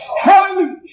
Hallelujah